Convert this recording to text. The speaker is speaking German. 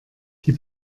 die